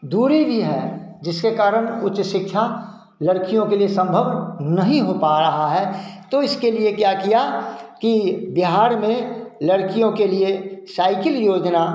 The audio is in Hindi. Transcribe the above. दूरी भी है जिसके कारण उच्च शिक्षा लड़कियों के लिए संभव नहीं हो पा रहा है तो इसके लिए क्या किया कि बिहार में लड़कियों के लिए साइकिल योजना